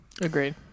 agreed